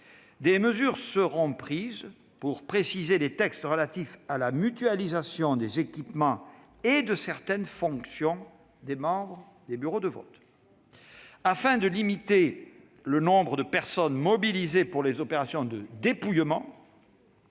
des mesures seront prises pour préciser les textes relatifs à la mutualisation des équipements et de certaines fonctions des membres des bureaux de vote. Afin de limiter le nombre de personnes mobilisées par les opérations de dépouillement,